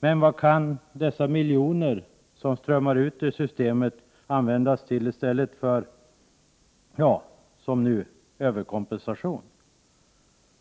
Men vad kan de miljoner som strömmar ut ur systemet användas till i stället för som nu till överkompensation?